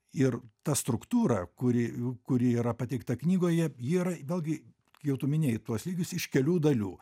ir ta struktūra kuri kuri yra pateikta knygoje ji yra vėlgi jau tu minėjai tuos lygius iš kelių dalių